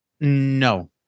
no